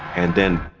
and then.